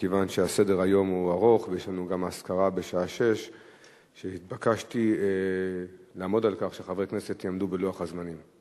מכיוון שסדר-היום ארוך ויש לנו גם אזכרה בשעה 18:00. התבקשתי לעמוד על כך שחברי הכנסת יעמדו בלוח הזמנים.